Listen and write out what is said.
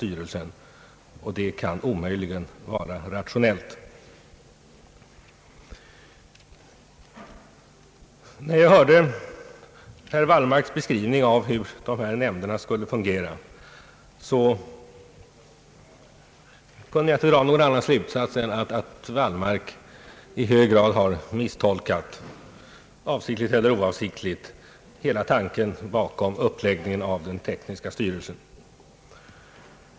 En sådan uppdelning kan omöjligen vara rationell. När jag hörde herr Wallmarks beskrivning av hur styrelsens nämnder skulle fungera, kunde jag inte dra någon annan slutsats än att han i hög grad har misstolkat, avsiktligt eller oavsiktligt, hela tanken bakom uppläggningen av den tekniska styrelsen.